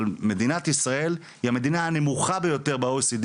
אבל מדינת ישראל היא המדינה הנמוכה ביותר ב-OECD